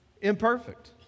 Imperfect